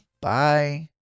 Bye